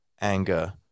anger